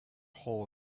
hole